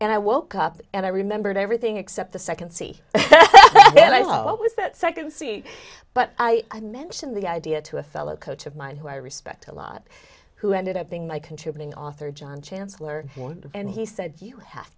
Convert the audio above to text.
and i woke up and i remembered everything except the second c and i thought was that second c but i mentioned the idea to a fellow coach of mine who i respect a lot who ended up being my contributing author john chancellor one and he said you have